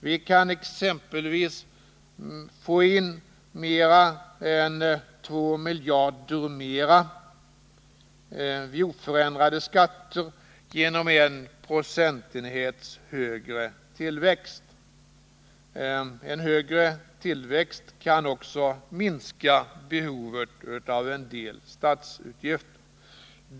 Vi kan exempelvis få in mer än 2 miljarder ytterligare vid oförändrade skatter genom en procentenhets högre tillväxt. En högre tillväxt kan också minska behovet av en del statsutgifter.